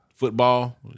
Football